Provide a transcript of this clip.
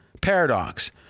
paradox